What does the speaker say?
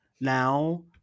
now